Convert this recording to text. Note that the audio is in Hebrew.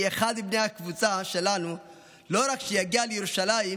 אחד מבני הקבוצה שלנו לא רק שיגיע לירושלים,